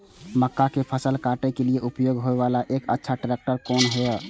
मक्का के फसल काटय के लिए उपयोग होय वाला एक अच्छा ट्रैक्टर कोन हय?